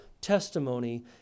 testimony